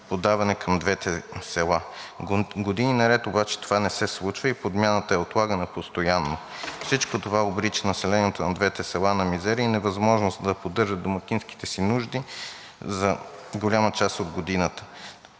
водоподаване към двете села. Години наред обаче това не се случва и подмяната е отлагана постоянно. Всичко това обрича населението на двете села на мизерия и невъзможност да поддържат домакинските си нужди за голяма част от годината.